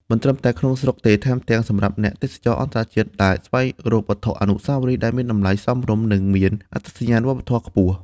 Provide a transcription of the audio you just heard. មិនត្រឹមតែក្នុងស្រុកទេ ថែមទាំងសម្រាប់អ្នកទេសចរអន្តរជាតិដែលស្វែងរកវត្ថុអនុស្សាវរីយ៍ដែលមានតម្លៃសមរម្យ និងមានអត្តសញ្ញាណវប្បធម៌ខ្ពស់។